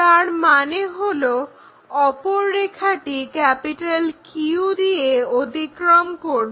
তার মানে হলো অপর রেখাটি Q দিয়ে অতিক্রম করবে